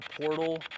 portal